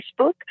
Facebook